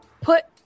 Put